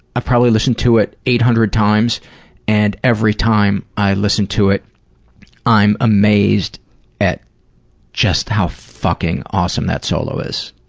i've probably listened to it eight hundred times and every time i listen to it i'm amazed at just how fucking awesome that solo is,